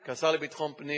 כשר לביטחון פנים,